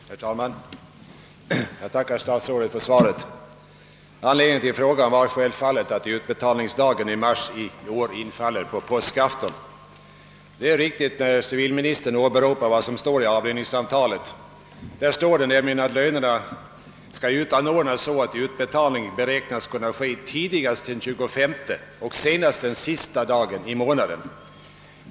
Herr talman! Jag tackar statsrådet för svaret. Anledningen till min fråga är självfallet att utbetalningsdatum i mars i år infaller på påskafton. Det är riktigt vad 'civilministern åberopar ur avlöningsavtalet. Det heter 'hämligen där att lönen skall »utanoördnas i sådän tid, att "utbetalning till tjänstemannen beräknas "kunna ske tidigast den tjugofemte och senast den sista dagen i den kalendér "månad till vilken förmånerna hänföra sig».